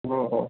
हो हो